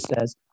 says